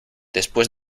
después